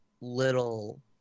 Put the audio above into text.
little